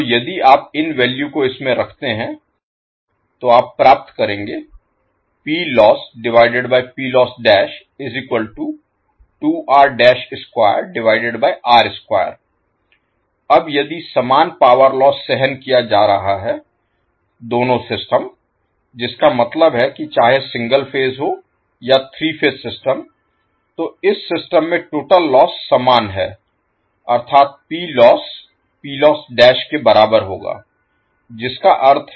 तो यदि आप इन वैल्यू को इस में रखते हैं तो आप प्राप्त करेंगे अब यदि समान पावर लोस्स सहन किया जा रहा है दोनों सिस्टम जिसका मतलब है कि चाहे सिंगल फेज हो या 3 फेज सिस्टम तो इस सिस्टम में टोटल लोस्स समान है अर्थात के बराबर होगा जिसका अर्थ है